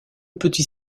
petit